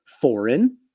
foreign